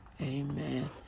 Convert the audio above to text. Amen